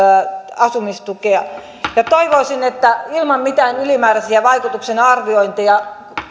asumistukea toivoisin että ilman mitään ylimääräisiä vaikutuksenarviointeja